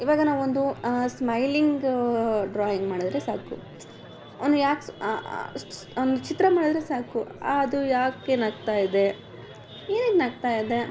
ಇವಾಗ ನಾವು ಒಂದು ಸ್ಮೈಲಿಂಗ್ ಡ್ರಾಯಿಂಗ್ ಮಾಡಿದ್ರೆ ಸಾಕು ಅವನು ಯಾಕೆ ಅವ್ನ ಚಿತ್ರ ಮಾಡಿದ್ರೆ ಸಾಕು ಅದು ಯಾಕೆ ನಗ್ತಾ ಇದೆ ಏನಕ್ಕೆ ನಗ್ತಾ ಇದೆ